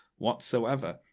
whatsoever.